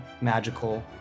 magical